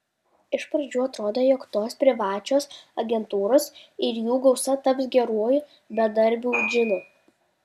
iš pradžių atrodė jog tos privačios agentūros ir jų gausa taps geruoju bedarbių džinu